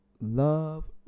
Love